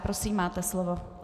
Prosím, máte slovo.